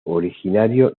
originario